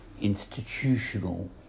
institutional